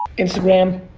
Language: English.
instagram,